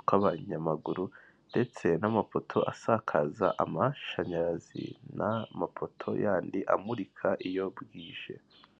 tw'abanyamaguru, ndetse n'amapoto asakaza amashanyarazi, n'amapoto yandi amurika iyo bwije.